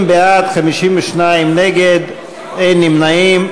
50 בעד, 52 נגד, אין נמנעים.